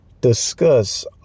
discuss